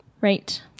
right